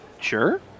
Sure